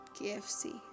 KFC